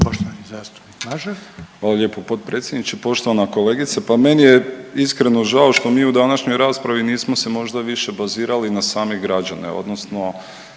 Nikola (HDZ)** Hvala lijepo potpredsjedniče. Poštovana kolegice, pa meni je iskreno žao što mi u današnjoj raspravi nismo se možda više bazirali na same građane odnosno